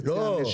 לא רוצות לעשות,